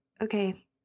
Okay